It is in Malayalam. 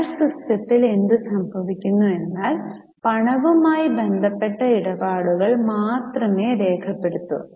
ക്യാഷ് സിസ്റ്റത്തിൽ എന്ത് സംഭവിക്കുന്നു എന്നാൽ പണവുമായി ബന്ധപ്പെട്ട ഇടപാടുകൾ മാത്രമേ രേഖപ്പെടുത്തൂ